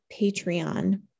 Patreon